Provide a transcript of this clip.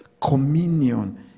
communion